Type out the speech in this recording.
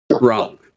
Wrong